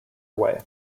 away